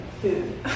food